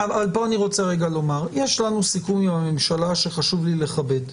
יש לנו סיכום עם הממשלה שחשוב לי לכבד.